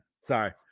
sorry